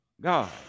God